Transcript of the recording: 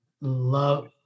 love